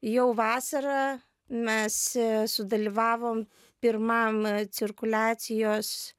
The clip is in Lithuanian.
jau vasarą mes sudalyvavom pirmam cirkuliacijos